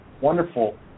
wonderful